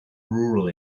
rural